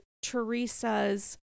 Teresa's